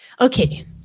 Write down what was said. Okay